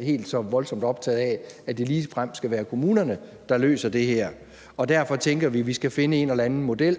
helt så voldsomt optaget af, at det ligefrem skal være kommunerne, der løser det her. Derfor tænker vi, at vi skal finde en eller anden model,